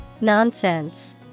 Nonsense